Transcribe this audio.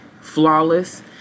flawless